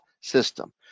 system